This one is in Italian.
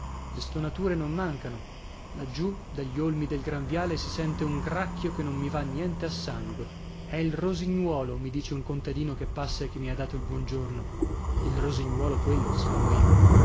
le stonature non mancano laggiù dagli olmi del gran viale si sente un gracchio che non mi va niente a sangue è il rosignuolo mi dice un contadino che passa e che mi ha dato il buon giorno il rosignuolo quello esclamo io